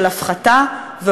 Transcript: מה